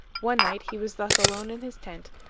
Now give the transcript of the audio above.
one night he was thus alone in his tent,